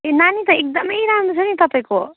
ए नानी त एकदमै राम्रो छ नि तपाईँको